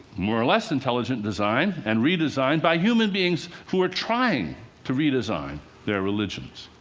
more or less intelligent design and redesigned by human beings who are trying to redesign their religions.